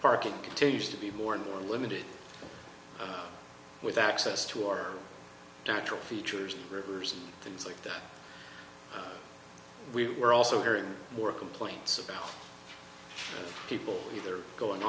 parking continues to be more and more limited with access to our natural features rivers and things like that we're also hearing more complaints about people either going